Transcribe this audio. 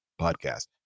podcast